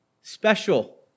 special